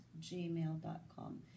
gmail.com